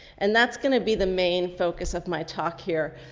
and that's going to be the main focus of my talk here.